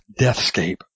Deathscape